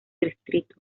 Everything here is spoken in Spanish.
distrito